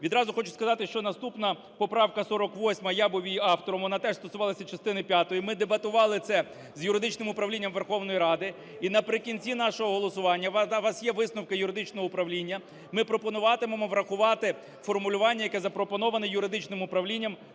Відразу хочу сказати, що наступна поправка 48, я був її автором, вона теж стосувалася частини п'ятої. Ми дебатували це з юридичним управлінням Верховної Ради, і наприкінці нашого голосування, у вас є висновки юридичного управління, ми пропонуватимемо врахувати формулювання, яке запропоноване юридичним управлінням